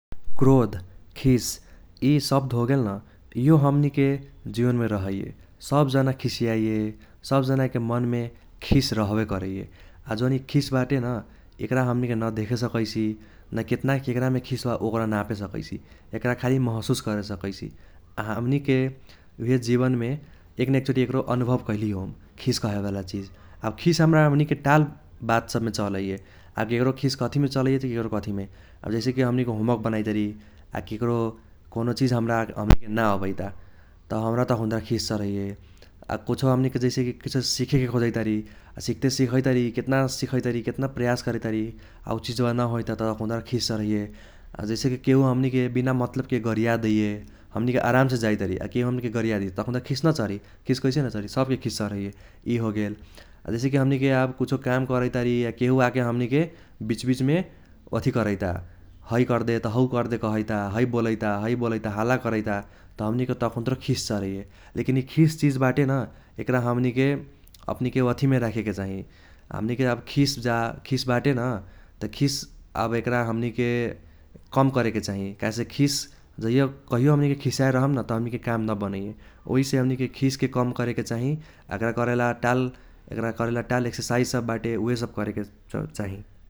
क्रोध खीस इसब्द होगेल न इहो हमनीके जीवनमे रहैये । सब जाना खिसियाइये, सब जानाके मनमे खीस रहबे करैये । आ इ जौन खीस बाटे न एक्रा हमनीके न देखेसकैसी न केतना केक्रामे खीस बा ओक्रा नापे सकैसी एक्रा खाली महसूस करेसकैसी । आ हमनीके उइहे जीवनमे एक न एक चोटी एक्रो अनुभव कैलिही होम खीस कहेवाला चिज । आब खीस हमरा हमनीके टाल बात सबमे चलैये । आब केक्रो खीस कथीमे चलैये त केक्रो कथीमे, आब जैसे कि हमनीके होमवर्क बनाइतारी आ केक्रो कौनो चिज न अबैता त हमरा तखून्ता खीस चरहैये । आब कुछो हमनीके जैसे कि किछो सीखेके खोजैतारी आ सिख्ते सिखैतारी केतना सिखैतारी केतना प्रयाश करैतारी आ हौ चिज बा न होइता त अखुन्ता चरहैये । आ जैसे कि केहु हमनीके बिना मतलबके गरियादेइये हमनीके आरामसे जाइतारी आ केहु हमनीके गरियादी तखून्ता खीस न चर्ही खीस कैसे न चर्ही सबके खीस चर्हैये इ होगेल। आ जैसे कि हमनीके आब कुछो काम करैतारी आ केहु आके हमनीके बीच बीचमे वथी करैता है कर्दे त हौ कर्दे कहैता है बोलैता है बोलैता हल्ला करैता त हमनीके तखून्त्रो खीस चर्हैये । लेकिन इ खीस चिज बाटे न एक्रा हमनीके अपनीके वथीमे राखेके चाही हमनीके आब खीस खीस बाटे न त खीस आब एक्रा हमनीके कम करेके चाही काहेसे खीस जहियो कहियो हमनीके खिसियाएल रहम न त हमनीके काम न बनैये। ओहिसे हमनीके खीसके कम करेके चाही आ एक्रा करेला टाल एक्रा करेला टाल एक्सर्साइज़ सब बाटे उइहेसब करेके चाही ।